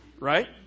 right